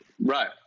right